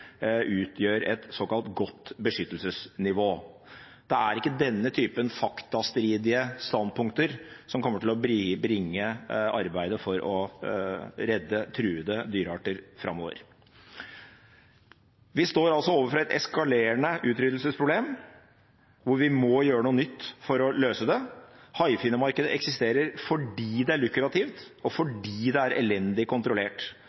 utgjør et såkalt godt beskyttelsesnivå. Det er ikke denne typen faktastridige standpunkter som kommer til å bringe arbeidet for å redde truede dyrearter framover. Vi står altså overfor et eskalerende utryddelsesproblem, hvor vi må gjøre noe nytt for å løse det. Haifinnemarkedet eksisterer fordi det er lukrativt, og fordi det er elendig kontrollert,